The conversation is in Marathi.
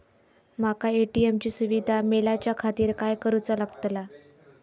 माका ए.टी.एम ची सुविधा मेलाच्याखातिर काय करूचा लागतला?